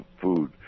food